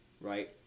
right